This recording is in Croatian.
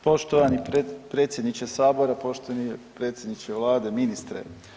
Poštovani predsjedniče sabora, poštovani predsjedniče vlade, ministre.